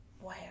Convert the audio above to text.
Wow